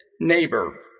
neighbor